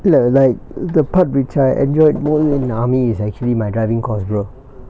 thilava like the part whihc I enjoy more than army is actually my driving course brother